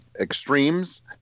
Extremes